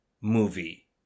movie